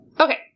Okay